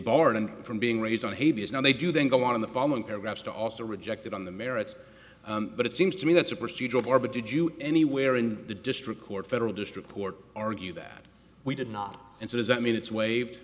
and from being raised on havey is now they do then go on in the following paragraphs to also reject it on the merits but it seems to me that's a procedural bar but did you anywhere in the district court federal district court argue that we did not and so does that mean it's waived